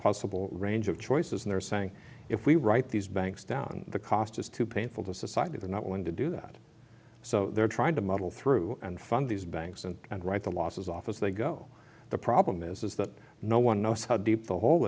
possible range of choices and they're saying if we write these banks down the cost is too painful to society they're not going to do that so they're trying to muddle through and fund these banks and and write the losses off as they go the problem is that no one knows how deep the hole